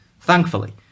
Thankfully